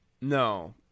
No